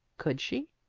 could she?